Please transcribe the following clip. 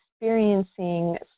experiencing